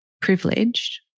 privileged